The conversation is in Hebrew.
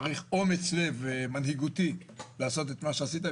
צריך אומץ לב מנהיגותי לעשות את מה שעשית.